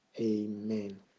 Amen